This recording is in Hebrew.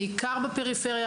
בעיקר בפריפריה.